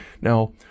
Now